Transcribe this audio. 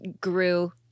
grew